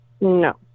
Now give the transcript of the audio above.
No